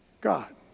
God